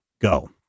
go